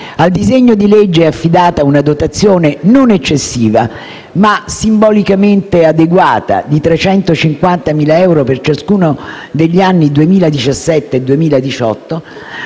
Al disegno di legge è affidata una dotazione non eccessiva, ma simbolicamente adeguata, di 350.000 euro per ciascuno degli anni 2017 e 2018,